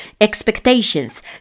expectations